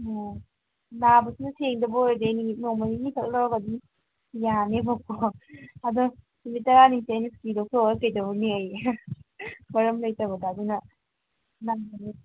ꯑꯥ ꯅꯥꯕꯁꯤꯅ ꯁꯦꯡꯗꯕ ꯑꯣꯏꯔꯗꯤ ꯑꯩ ꯅꯨꯃꯤꯠ ꯅꯣꯡꯃ ꯅꯤꯅꯤ ꯈꯛ ꯂꯧꯔꯒ ꯑꯗꯨꯝ ꯌꯥꯅꯦꯕꯀꯣ ꯑꯗꯣ ꯅꯨꯃꯤꯠ ꯇꯔꯥꯅꯤꯁꯦ ꯑꯩꯅ ꯁꯨꯇꯤ ꯂꯧꯊꯣꯛꯎꯔꯥ ꯀꯩꯗꯧꯔꯨꯅꯤ ꯃꯔꯝ ꯂꯩꯇꯕꯗ ꯑꯗꯨꯅ